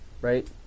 right